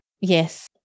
Yes